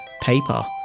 paper